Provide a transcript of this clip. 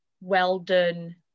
well-done